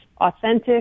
authentic